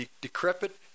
decrepit